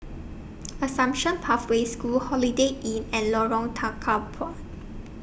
Assumption Pathway School Holiday Inn and Lorong Tukang Dua